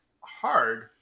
hard